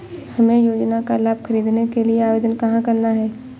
हमें योजना का लाभ ख़रीदने के लिए आवेदन कहाँ करना है?